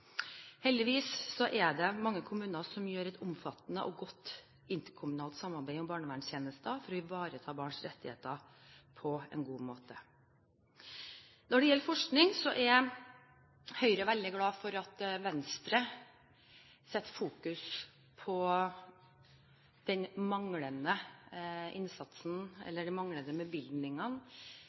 er det mange kommuner som har et omfattende og godt interkommunalt samarbeid om barnevernstjenester for å ivareta barns rettigheter på en god måte. Når det gjelder forskning, er Høyre veldig glad for at Venstre fokuserer på de manglende